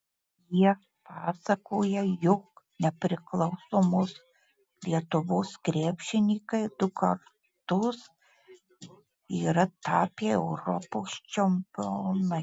jie pasakoja jog nepriklausomos lietuvos krepšininkai du kartus yra tapę europos čempionais